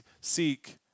seek